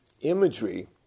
imagery